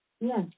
Yes